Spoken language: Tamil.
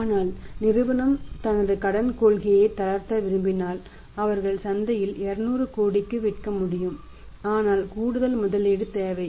ஆனால் நிறுவனம் தனது கடன் கொள்கையை தளர்த்த விரும்பினால் அவர்கள் சந்தையில் 200 கோடிக்கு விற்க முடியும் ஆனால் கூடுதல் முதலீடு தேவை